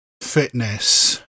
fitness